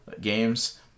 games